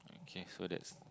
okay so that's